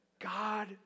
God